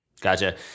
Gotcha